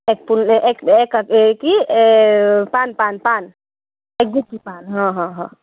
এপোণ এএক এক এই কি পাণ পাণ পাণ এগুচি পাণ হঁ হঁ হঁ